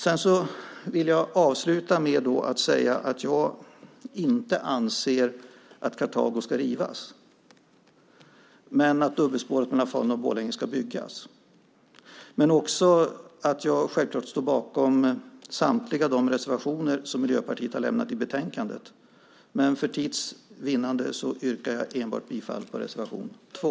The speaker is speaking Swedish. Jag vill avsluta med att jag inte anser att Karthago ska rivas men att dubbelspåret mellan Falun och Borlänge ska byggas. Jag står självklart bakom alla Miljöpartiets reservationer i betänkandet, men för tids vinnande yrkar jag bifall enbart till reservation 2.